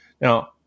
Now